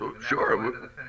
Sure